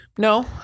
No